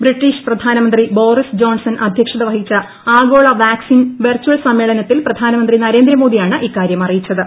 British പ്രധാനമന്ത്രി Boris Johnson അദ്ധ്യക്ഷത വഹിച്ച ആഗോള വാക്സിൻ വെർച്ചൽ സമ്മേളനത്തിൽ പ്രധാനമന്ത്രി നരേന്ദ്രമോദിയാണ് ഇക്കാര്യം അറിയിച്ചത്